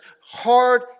hard